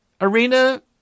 arena